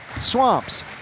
Swamps